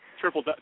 Triple